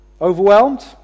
Overwhelmed